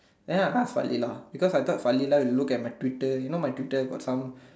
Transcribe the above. then I ask Falila because I thought Falila would look at my Twitter you know my Twitter got some